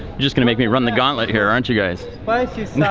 you're just gonna make me run the gauntlet here, aren't you guys? like